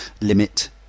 limit